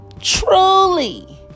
truly